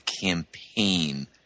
campaign